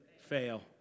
fail